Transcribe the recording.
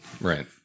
Right